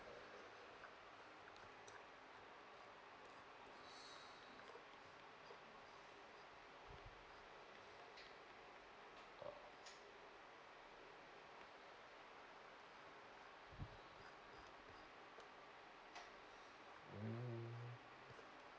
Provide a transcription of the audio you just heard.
mm